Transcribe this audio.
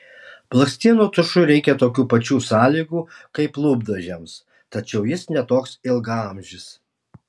blakstienų tušui reikia tokių pačių sąlygų kaip lūpdažiams tačiau jis ne toks ilgaamžis